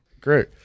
Great